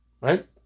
right